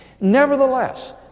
Nevertheless